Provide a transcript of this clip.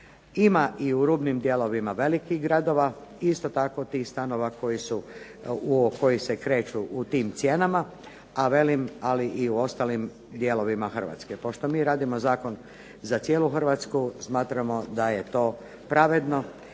Ima i u rubnim dijelovima velikih gradova, isto tako tih stanova koji se kreću u tim cijenama, a velim ali i u ostalim dijelovima Hrvatske. Pošto mi radimo zakon za cijelu Hrvatsku smatramo da je to pravedno